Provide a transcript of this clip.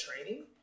training